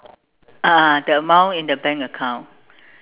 ah ah the amount in the bank account